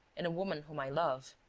and a woman whom i love.